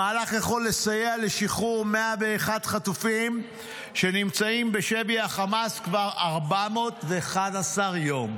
המהלך יכול לסייע לשחרור 101 חטופים שנמצאים בשבי החמאס כבר 411 יום.